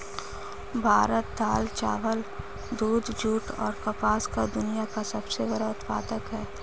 भारत दाल, चावल, दूध, जूट, और कपास का दुनिया का सबसे बड़ा उत्पादक है